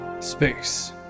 space